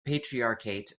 patriarchate